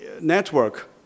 network